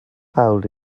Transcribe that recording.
fawr